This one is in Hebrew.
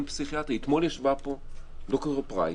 אתמול ישבה פה ד"ר אלרעי פרייס,